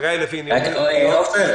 עפר,